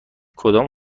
کدام